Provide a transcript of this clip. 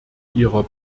ihrer